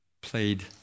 played